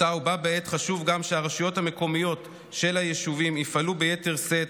ובה בעת חשוב גם שהרשויות המקומיות של היישובים יפעלו ביתר שאת,